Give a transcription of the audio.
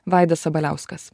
vaidas sabaliauskas